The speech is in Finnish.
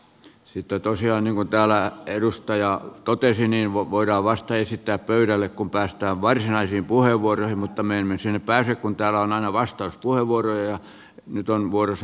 sitten tosiaan niin kuin täällä edustaja totesi voidaan vasta esittää pöydälle kun päästään varsinaisiin puheenvuoroihin mutta me emme sinne pääse kun täällä on aina vastauspuheenvuoroja